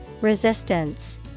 Resistance